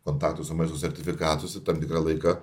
kontaktų su maistu sertifikatus ir tam tikrą laiką